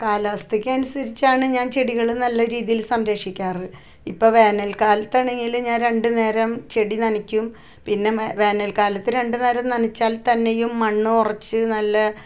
കാലാവസ്ഥക്ക് അനുസരിച്ചാണ് ഞാൻ ചെടികൾ നല്ല രീതിയിൽ സംരക്ഷിക്കാറുള്ളത് ഇപ്പം വേനൽക്കാലത്ത് ആണെങ്കിൽ ഞാൻ രണ്ട് നേരം ചെടി നനക്കും പിന്നെ വേനൽക്കാലത്ത് രണ്ട് നേരം നനച്ചാൽ തന്നെയും മണ്ണ് ഉറച്ച് നല്ല